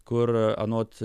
kur anot